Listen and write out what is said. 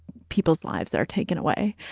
people's lives are taken away.